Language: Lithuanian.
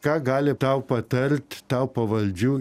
ką gali tau patart tau pavaldžių